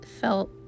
felt